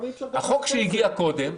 החוק שהגיע קודם,